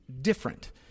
different